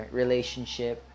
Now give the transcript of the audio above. relationship